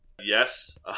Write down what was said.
Yes